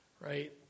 Right